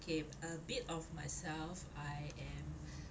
okay a bit of myself I am a